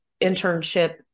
internship